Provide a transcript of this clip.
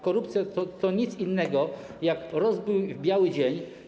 Korupcja to nic innego jak rozbój w biały dzień.